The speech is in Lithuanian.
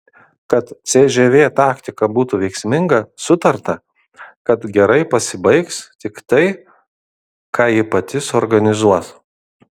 kad cžv taktika būtų veiksminga sutarta kad gerai pasibaigs tik tai ką ji pati suorganizuos